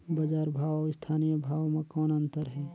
बजार भाव अउ स्थानीय भाव म कौन अन्तर हे?